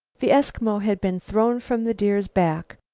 the eskimo had been thrown from the deer's back,